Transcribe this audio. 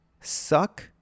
suck